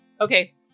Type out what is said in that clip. okay